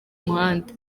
muhanda